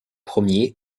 premier